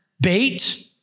Bait